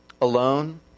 alone